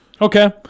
Okay